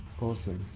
Awesome